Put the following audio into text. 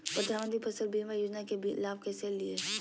प्रधानमंत्री फसल बीमा योजना के लाभ कैसे लिये?